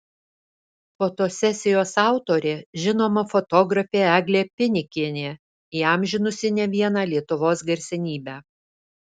fotosesijos autorė žinoma fotografė eglė pinikienė įamžinusi ne vieną lietuvos garsenybę